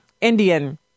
Indian